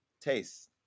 Taste